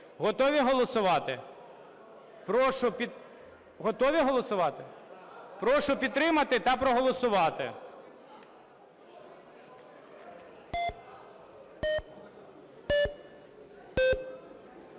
Готові голосувати? Прошу підтримати та проголосувати.